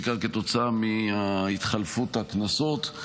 בעיקר כתוצאה מהתחלפות הכנסות.